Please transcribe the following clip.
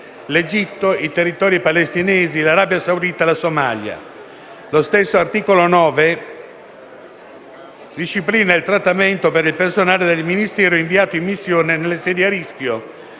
l'Egitto, i territori palestinesi, l'Arabia Saudita e la Somalia. L'articolo 9 del provvedimento disciplina il trattamento per il personale del Ministero inviato in missione nelle sedi a rischio,